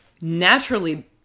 naturally